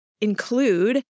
include